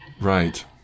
Right